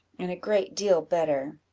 and a great deal better.